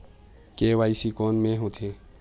KYC कोन में होथे?